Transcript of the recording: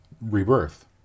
rebirth